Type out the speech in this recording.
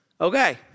Okay